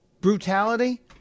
brutality